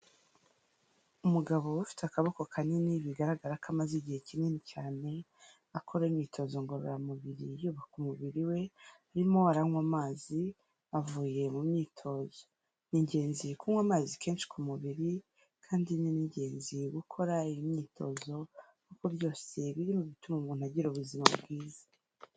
Umugabo uba ufite akaboko kanini bigaragara ko amaze igihe kinini cyane akora imyitozo ngororamubiri yubaka umubiri we, arimo aranywa amazi avuye mu myitozo. Ni ingenzi kunywa amazi kenshi ku mubiri kandi ni n' ingenzi gukora iyi imyitozo, kuko byose biri mu bituma umuntu agira ubuzima bwiza.